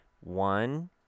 One